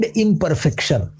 imperfection